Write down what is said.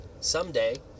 Someday